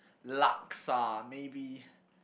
laksa maybe